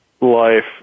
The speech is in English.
life